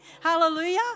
Hallelujah